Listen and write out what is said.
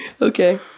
Okay